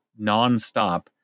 nonstop